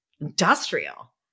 industrial